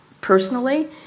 personally